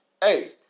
Hey